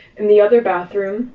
in the other bathroom,